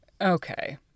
Okay